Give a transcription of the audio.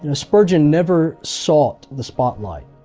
and spurgeon never sought the spotlight.